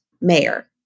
mayor